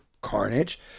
Carnage